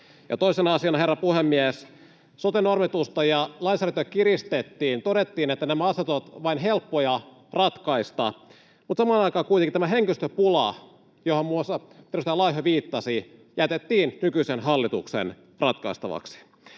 toisena asiana, herra puhemies, soten normitusta ja lainsäädäntöä kiristettiin, todettiin, että nämä asiat ovat vain helppoja ratkaista. Mutta samaan aikaan kuitenkin tämä henkilöstöpula, johon muassa edustaja Laiho viittasi, jätettiin nykyisen hallituksen ratkaistavaksi.